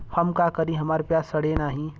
हम का करी हमार प्याज सड़ें नाही?